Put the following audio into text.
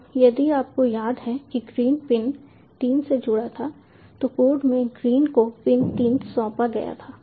अब यदि आपको याद है कि ग्रीन पिन 3 से जुड़ा था तो कोड में ग्रीन को पिन 3 सौंपा गया था